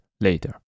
later